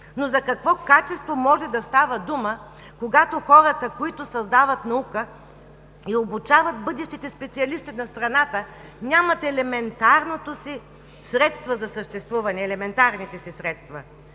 Но за какво качество може да става дума, когато хората, които създават наука и обучават бъдещите специалисти на страната, нямат елементарните си средства за съществуване. Без да са осигурени